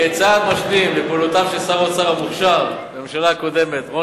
כצעד משלים לפעולותיו של שר האוצר המוכשר בממשלה הקודמת,